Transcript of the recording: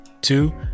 Two